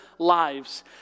Lives